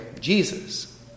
Jesus